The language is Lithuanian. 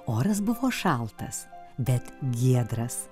oras buvo šaltas bet giedras